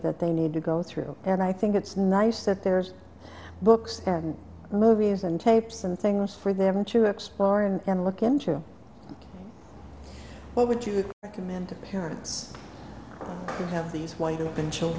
that they need to go through and i think it's nice that there's books and movies and tapes and things for them to explore and look into what would you recommend to parents who have these white